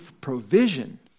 provision